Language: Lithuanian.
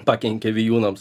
pakenkė vijūnams